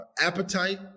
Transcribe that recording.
appetite